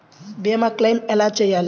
భీమ క్లెయిం ఎలా చేయాలి?